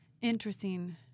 interesting